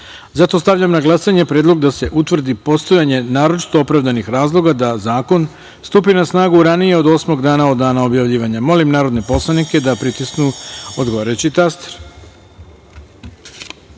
stavljam na glasanje predlog da se utvrdi postojanje naročito opravdanih razloga da zakon stupi na snagu ranije od osmog dana od dana objavljivanja. Molim narodne poslanike da pritisnu odgovarajući